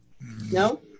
No